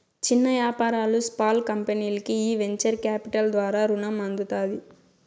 చిన్న యాపారాలు, స్పాల్ కంపెనీల్కి ఈ వెంచర్ కాపిటల్ ద్వారా రునం అందుతాది